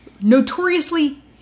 notoriously